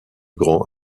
grand